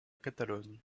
catalogne